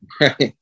right